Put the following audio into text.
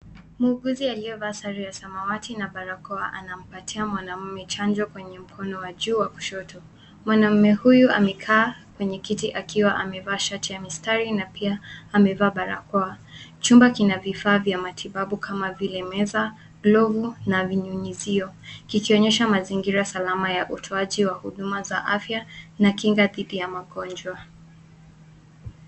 Muuguzi aliyevaa sare ya samawati na barakoa anampatia mwanaume chanjo kwenye mkono wa juu wa kushoto. Mwanaume huyu amekaa kwenye kiti akiwa amevaa shati ya mistari na pia amevaa barakoa. Chumba kina vifaa vya matibabu kama vile meza, glovu na vinyunyizio, kikionyesha mazingira salama ya utoaji wa huduma za afya na kinga dhidi ya magonjwa.